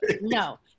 no